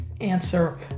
answer